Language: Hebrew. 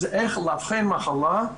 זה איך לאבחן מחלה,